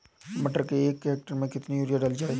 मटर के एक हेक्टेयर में कितनी यूरिया डाली जाए?